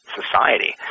society